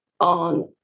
on